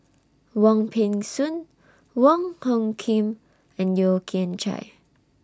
Wong Peng Soon Wong Hung Khim and Yeo Kian Chye